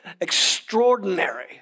extraordinary